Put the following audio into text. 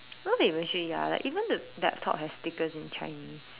now that you mention it ya like even the laptop has stickers in Chinese